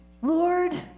Lord